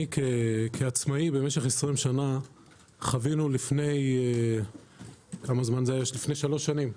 אני כעצמאי משך 20 שנה חווינו לפני שלוש שנים,